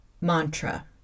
mantra